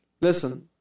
Listen